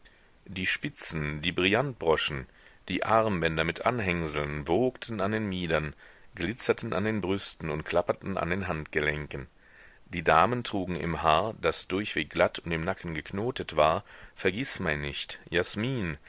die spitzen die brillantbroschen die armbänder mit anhängseln wogten an den miedern glitzerten an den brüsten und klapperten an den handgelenken die damen trugen im haar das durchweg glatt und im nacken geknotet war vergißmeinnicht jasmin